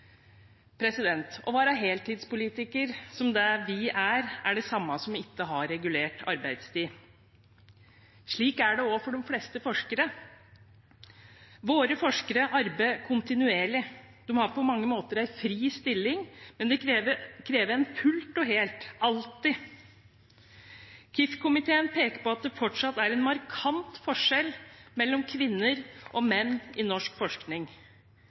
Å være heltidspolitiker, som vi er, er det samme som ikke å ha regulert arbeidstid. Slik er det også for de fleste forskere. Våre forskere arbeider kontinuerlig. De har på mange måter en fri stilling, men det krever en fullt og helt, alltid. Kif-komiteen peker på at det fortsatt er en markant forskjell mellom kvinner og menn i norsk forskning.